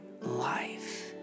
life